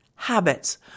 Habits